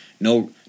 No